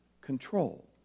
control